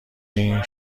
دونی